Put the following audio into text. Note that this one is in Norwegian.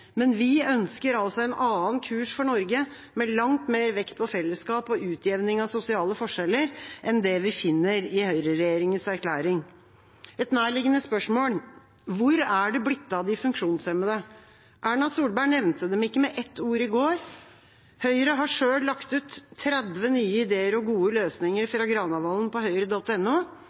men vi ønsker altså en annen kurs for Norge, med langt mer vekt på fellesskap og utjevning av sosiale forskjeller enn det vi finner i høyreregjeringas erklæring. Et nærliggende spørsmål er: Hvor er det blitt av de funksjonshemmede? Erna Solberg nevnte dem ikke med ett ord i går. Høyre har selv lagt ut 30 nye ideer og gode løsninger fra Granavolden på høyre.no. Et par eksempler på hva Høyre